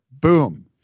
Boom